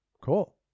Cool